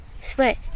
sweat